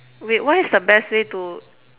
wait what is the best way to